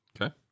Okay